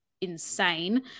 insane